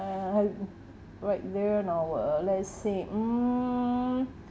uh !huh! right there now uh let's see mm